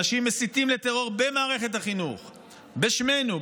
אנשים מסיתים לטרור במערכת החינוך בשמנו,